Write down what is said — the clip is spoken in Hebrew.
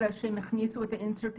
אני מציע שאנחנו כן נכלול את הסעיף.